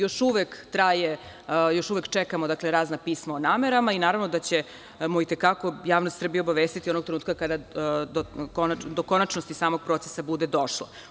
Još uvek čekamo razna pisma o namerama i naravno da ćemo i te kako javnost Srbije obavestiti onog trenutka kada do konačnosti samog procesa bude došlo.